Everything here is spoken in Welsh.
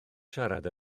siarad